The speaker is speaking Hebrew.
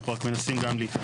אנחנו רק מנסים גם להתייחס.